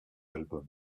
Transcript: albums